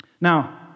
Now